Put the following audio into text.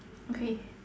okay